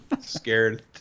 scared